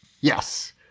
Yes